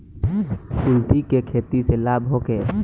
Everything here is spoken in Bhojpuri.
कुलथी के खेती से लाभ होखे?